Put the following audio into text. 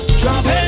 travel